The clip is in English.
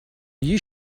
you